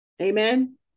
Amen